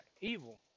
evil